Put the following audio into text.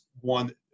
one